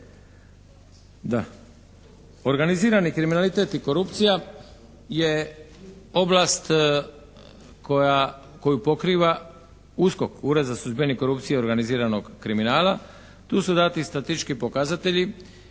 Organizirani kriminalitet i korupcija je oblast koju pokriva USKOK, Ured za suzbijanje korupcije i organiziranog kriminala. Tu su dati statistički pokazatelji